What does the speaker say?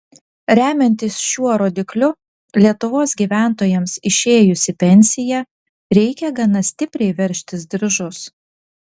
remiantis šiuo rodikliu lietuvos gyventojams išėjus į pensiją reikia gana stipriai veržtis diržus